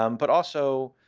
um but also